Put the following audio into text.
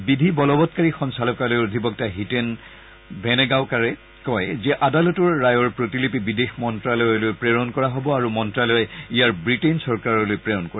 বিধি বলৱৎকাৰী সঞ্চালকালয়ৰ অধিবক্তা হিতেন ভেনেগাওকাৰে কয় যে আদালতৰ ৰায়ৰ প্ৰতিলিপি বিদেশ মন্ত্যালয়লৈ প্ৰেৰণ কৰা হ'ব আৰু মন্ত্যালয়ে ইয়াক ৱিটেইন চৰকাৰলৈ প্ৰেৰণ কৰিব